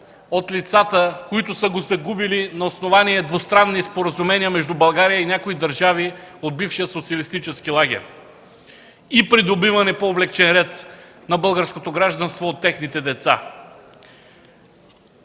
от лицата, които са го загубили на основание двустранни споразумения между България и някои държави от бившия социалистически лагер и придобиването му по облекчен ред от техните деца.